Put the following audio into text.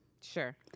Sure